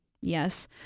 Yes